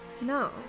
No